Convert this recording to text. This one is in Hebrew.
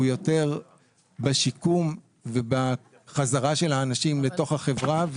הוא יותר בשיקום ובחזרה של האנשים לתוך החברה,